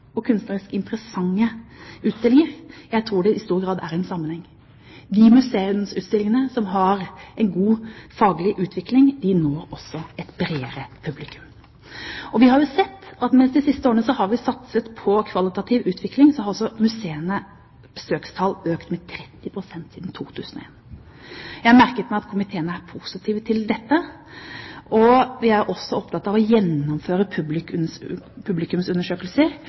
på kunstnerisk interessante utstillinger. Jeg tror det i stor grad er en sammenheng. De museumsutstillingene som har en god faglig utvikling, når også et bredere publikum. Vi har jo sett når vi de siste årene har satset på kvalitativ utvikling, at også museenes besøkstall har økt – med 30 pst. siden 2001. Jeg merker meg at komiteen er positiv til dette, og vi er også opptatt av å gjennomføre publikumsundersøkelser